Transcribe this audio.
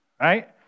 right